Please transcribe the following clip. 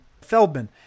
Feldman